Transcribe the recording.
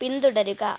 പിന്തുടരുക